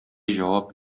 җавап